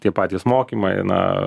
tie patys mokymai na